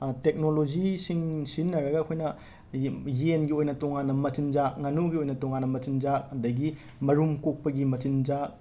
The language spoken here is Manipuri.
ꯇꯦꯛꯅꯣꯂꯣꯖꯤꯁꯤꯡ ꯁꯤꯖꯤꯟꯅꯔꯒ ꯑꯩꯈꯣꯏꯅ ꯌ ꯌꯦꯟꯒꯤ ꯑꯣꯏꯅ ꯇꯣꯉꯥꯟꯅ ꯃꯆꯤꯟꯖꯥꯛ ꯉꯥꯅꯨꯒꯤ ꯑꯣꯏꯅ ꯇꯣꯉꯥꯟꯅ ꯃꯆꯤꯟꯖꯥꯛ ꯑꯗꯒꯤ ꯃꯔꯨꯝ ꯀꯣꯛꯄꯒꯤ ꯃꯆꯤꯟꯖꯥꯛ